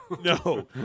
No